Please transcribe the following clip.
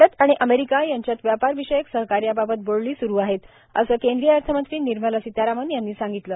भारत आणि अमेरिका यांच्यात व्यापार विषयक सहकार्याबाबत बोलणी सुरु आहेत असं केंद्रीय अर्थमंत्री निर्मला सीतारामन यांनी सांगितलं